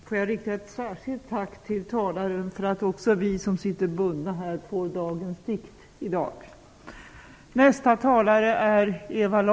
Får jag rikta ett särskilt tack till talaren för att också vi som sitter bundna här i dag får Dagens dikt.